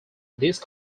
these